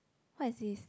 what is this